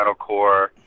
metalcore